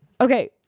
okay